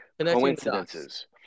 Coincidences